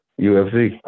UFC